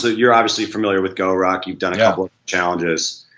ah you're obviously familiar with goruck, we've done a couple of challenges.